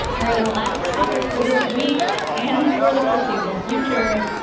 all right. our last topic for this week and for the foreseeable future.